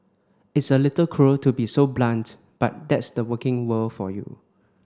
it's a little cruel to be so blunt but that's the working world for you